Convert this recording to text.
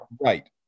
Right